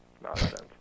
nonsense